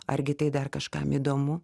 argi tai dar kažkam įdomu